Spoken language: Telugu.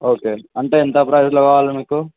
ఓకే అంటే ఎంత ప్రైస్లో కావాలి మీకు